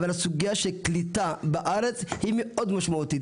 אבל, הסוגייה של קליטה בארץ היא מאוד משמעותית.